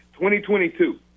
2022